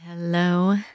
Hello